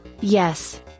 Yes